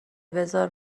بزار